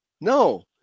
no